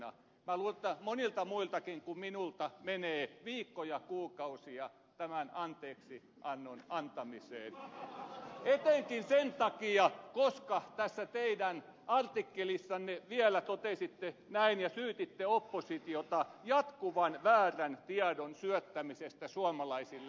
luulen että monilta muiltakin kuin minulta menee viikkoja ja kuukausia tämän anteeksiannon antamiseen etenkin sen takia että tässä teidän artikkelissanne vielä syytitte oppositiota jatkuvan väärän tiedon syöttämisestä suomalaisille